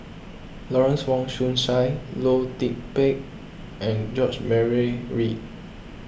Lawrence Wong Shyun Tsai Loh Lik Peng and George Murray Reith